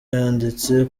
yanditse